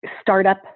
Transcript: startup